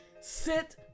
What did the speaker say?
sit